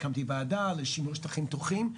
אז הקמתי ועדה לשימור שטחים פתוחים,